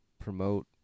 promote